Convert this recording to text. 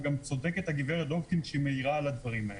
גם צודקת הגברת דובקין שמעירה על הדברים האלה.